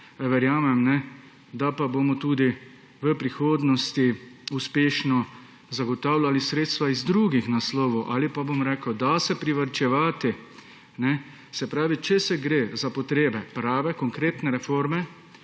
Verjamem, da bomo tudi v prihodnosti uspešno zagotavljali sredstva iz drugih naslovov. Ali pa bom rekel, da se privarčevati. Se pravi, če gre za potrebe prave, konkretne reforme